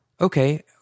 okay